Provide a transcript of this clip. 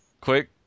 Quick